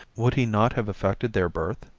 would he not have affected their birth?